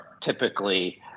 typically